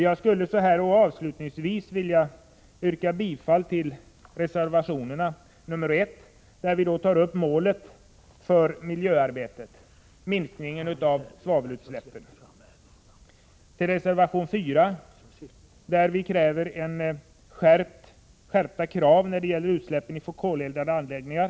Låt mig avslutningsvis yrka bifall till centerreservationerna. Det gäller först reservation 1 där vi tar upp målet för miljöarbetet och minskningen av svavelutsläppen. Jag yrkar bifall till reservation 4 där vi ställer skärpta krav när det gäller utsläpp från koleldade anläggningar.